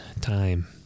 time